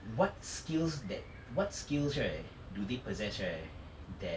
what skills that what skills right do they possess right that